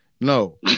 No